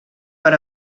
per